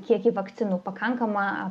kiekį vakcinų pakankamą